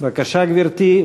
בבקשה, גברתי.